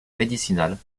médicinales